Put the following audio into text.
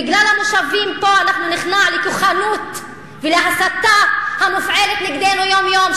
בגלל המושבים פה אנחנו ניכנע לכוחנות ולהסתה המופעלות נגדנו יום-יום,